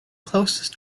closest